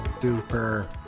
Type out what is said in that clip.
super